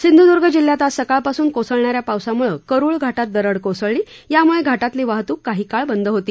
सिंध्द्र्ग जिल्ह्यात आज सकाळपासून कोसळणा या पावसामूळं करुळ घाटात दरड कोसळली यामूळे घाटातली वाहतूक काही काळ बंद होती